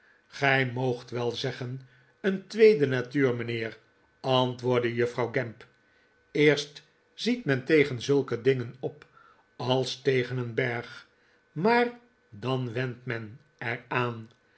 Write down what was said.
gij moogt wel zeggen een tweede natuur mijnheer antwoordde juffrouw maarten chuzzlewit gamp eerst ziet men tegen zulke dingen op als tegen een berg maar dan went men er